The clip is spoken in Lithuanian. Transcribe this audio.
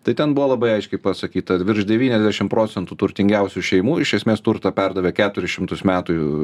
tai ten buvo labai aiškiai pasakyta virš devyniasdešim procentų turtingiausių šeimų iš esmės turtą perdavė keturis šimtus metų